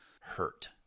hurt